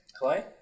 Clay